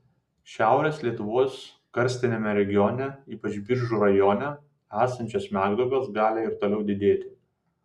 šiaurės lietuvos karstiniame regione ypač biržų rajone esančios smegduobės gali ir toliau didėti